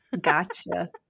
Gotcha